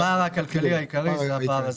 הפער הכלכלי העיקרי זה הפער הזה,